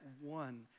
one